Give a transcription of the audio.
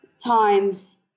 times